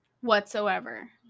Whatsoever